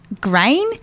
grain